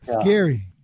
Scary